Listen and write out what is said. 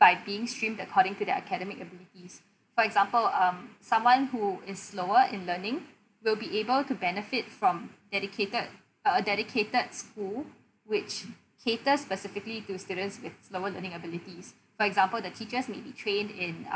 by being streamed according to their academic abilities for example um someone who is slower in learning will be able to benefit from dedicated a dedicated school which caters specifically to students with lower learning abilities for example the teachers may be trained in uh